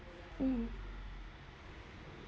um